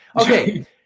Okay